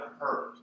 hurt